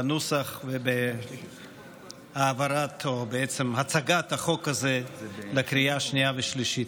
בנוסח ובהצגת החוק הזה לקריאה שנייה ושלישית.